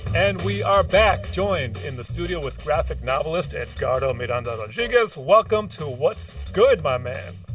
and we are back joined in the studio with graphic novelist edgardo miranda-rodriguez. welcome to what's good, my man.